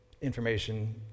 information